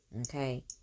okay